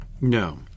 No